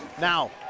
Now